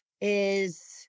is-